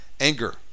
Anger